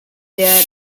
they